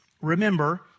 Remember